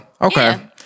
okay